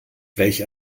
welch